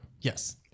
Yes